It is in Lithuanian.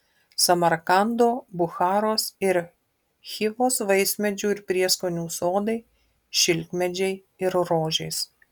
samarkando bucharos ir chivos vaismedžių ir prieskonių sodai šilkmedžiai ir rožės